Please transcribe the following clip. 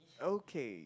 okay